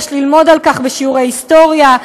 יש ללמוד על כך בשיעורי היסטוריה,